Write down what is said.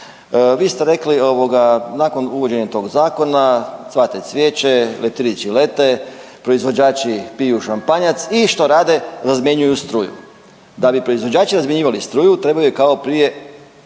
Vi ste rekli ovoga, nakon uvođenja tog zakona, cvate cvijeće, leptirići lete, proizvođači piju šampanjac i što rade, razmjenjuju struju. Da bi proizvođači razmjenjivali struju, trebaju kao prije,